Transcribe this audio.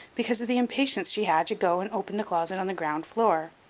because of the impatience she had to go and open the closet on the ground floor.